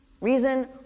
Reason